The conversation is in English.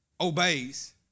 obeys